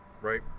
right